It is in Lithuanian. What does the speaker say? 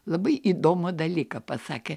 labai įdomų dalyką pasakė